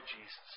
Jesus